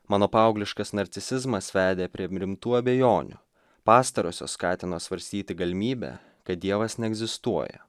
mano paaugliškas narcisizmas vedė prie rimtų abejonių pastarosios skatino svarstyti galimybę kad dievas neegzistuoja